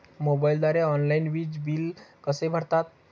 मोबाईलद्वारे ऑनलाईन वीज बिल कसे भरतात?